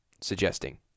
suggesting